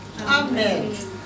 Amen